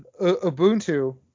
ubuntu